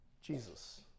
Jesus